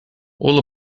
all